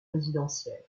résidentielle